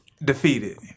defeated